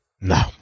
No